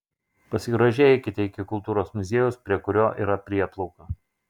pasigrožėję eikite iki kultūros muziejaus prie kurio yra prieplauka